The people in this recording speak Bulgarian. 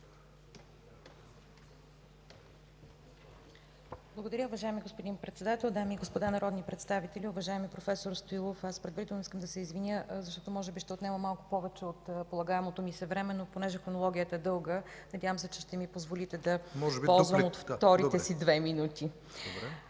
Благодаря. Уважаеми господин Председател, дами и господа народни представители! Уважаеми проф. Стоилов, аз искам предварително да се извиня, защото може би ще отнема малко повече от полагаемото ми се време, но понеже хронологията е дълга, надявам се, че ще ми позволите да ползвам от вторите две минути?